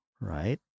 right